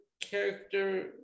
character